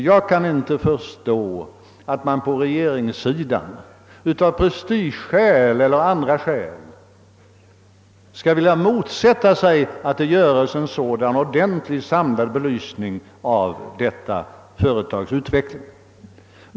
Jag kan inte förstå att man på regeringssidan av prestigeskäl eller av andra skäl skall vilja motsätta sig att det görs en ordentlig, samlad belysning av detta företags utveckling.